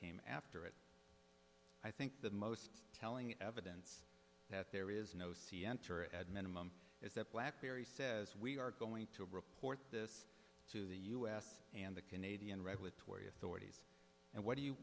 came after it i think the most telling evidence that there is no c enter at minimum is that blackberry says we are going to report this to the u s and the canadian regulatory authorities and what do you